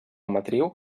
matriu